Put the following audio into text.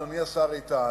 אדוני השר איתן,